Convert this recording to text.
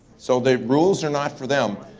so the rules are not for them.